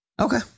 Okay